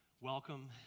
welcome